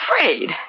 afraid